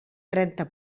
trenta